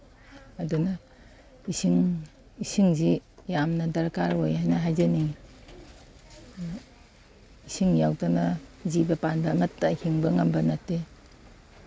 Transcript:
ꯑꯗꯨꯅ ꯏꯁꯤꯡ ꯏꯁꯤꯡꯁꯤ ꯌꯥꯝꯅ ꯗꯔꯀꯥꯔ ꯑꯣꯏ ꯍꯥꯏꯅ ꯍꯥꯏꯖꯅꯤꯡꯉꯤ ꯏꯁꯤꯡ ꯌꯥꯎꯗꯅ ꯖꯤꯕ ꯄꯥꯟꯕ ꯑꯃꯠꯇ ꯍꯤꯡꯕ ꯉꯝꯕ ꯅꯠꯇꯦ